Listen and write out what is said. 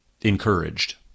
encouraged